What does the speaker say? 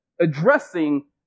addressing